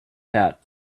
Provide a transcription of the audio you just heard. that